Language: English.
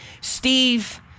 Steve